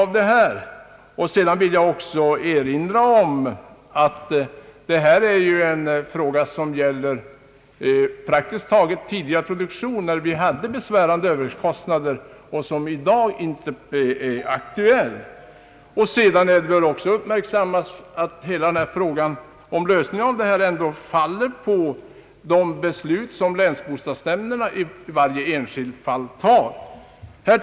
Vidare vill jag erinra om att det ju praktiskt taget här gäller en tidigare produktion, och de kostnader det då gällde är inte aktuella i dag. Det bör väl också uppmärksammas att lösningen av dessa problem beror på de beslut som länsbostadsnämnderna i varje enskilt fall fattar.